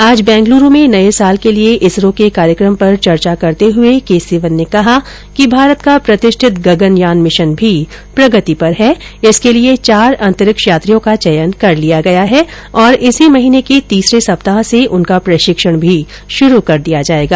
आज बैंगलुरू में नये साल के लिए इसरो के कार्यकमों पर चर्चा करते हुए के सिवन ने कहा कि भारत का प्रतिष्ठित गगनयान मिशन भी प्रगति पर है और इसके लिए चार अंतरिक्ष यात्रियों का चयन कर लिया गया है तथा इसी महीने के तीसरे सप्ताह से उनका प्रशिक्षण भी शुरू कर दिया जायेगा